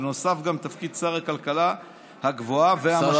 ובנוסף גם לתפקיד שר הכלכלה הגבוהה והמשלימה,